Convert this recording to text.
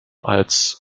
als